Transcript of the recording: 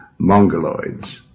mongoloids